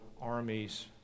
armies